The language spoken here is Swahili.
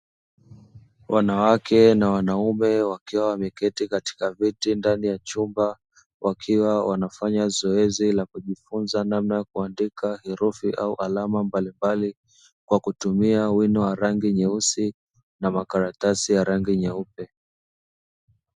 Wanawake na wanaume wakiwa wameketi katika viti ndani ya chumba, wakiwa wanafanya zoezi la kujifunza namna ya kuandika herufi au alama mbalimbali kwa kutumia wino wa rangi nyeusi na makaratasi ya rangi nyeupe.